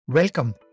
Welcome